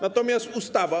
Natomiast ustawa.